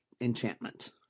Enchantment